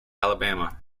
alabama